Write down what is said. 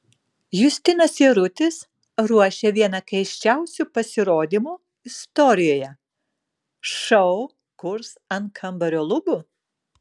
justinas jarutis ruošia vieną keisčiausių pasirodymų istorijoje šou kurs ant kambario lubų